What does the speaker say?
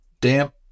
damp